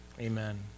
Amen